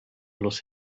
los